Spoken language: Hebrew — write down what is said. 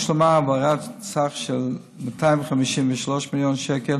הושלמה העברת סכום של 253 מיליון שקל